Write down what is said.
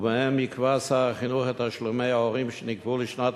ובהם יקבע שר החינוך את תשלומי ההורים שנקבעו לשנת